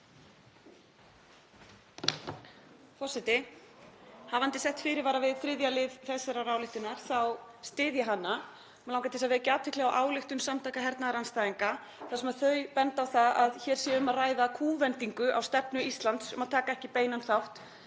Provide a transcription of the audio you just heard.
forseti. Hafandi sett fyrirvara við 3. lið þessarar ályktunar þá styð ég hana. Mig langar til að vekja athygli á ályktun Samtaka hernaðarandstæðinga þar sem þau benda á það að hér sé um að ræða kúvendingu á stefnu Íslands um að taka ekki beinan þátt